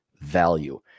value